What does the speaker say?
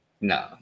No